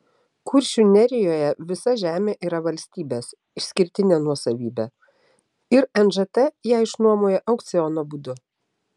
kuršių nerijoje visa žemė yra valstybės išskirtinė nuosavybė ir nžt ją išnuomoja aukciono būdu